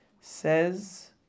Says